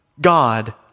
God